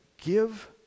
give